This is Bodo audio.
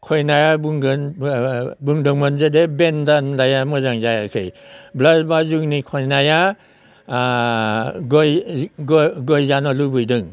खयनाया बुंगोन बुंदोमोन जे दे बेन दामनाया मोजां जायाखै ब्लाय बाजुनि खयनाया गय गय जानो लुबैदों